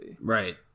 Right